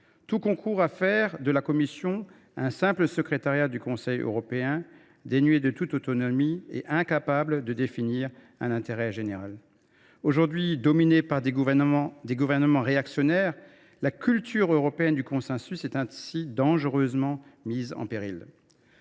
Tout concourt à faire d’elle un simple secrétariat du Conseil européen, dénué de toute autonomie et incapable de définir un intérêt général. La Commission étant dominée par des gouvernements réactionnaires, la culture européenne du consensus est dangereusement mise en péril.